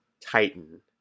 titan